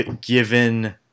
given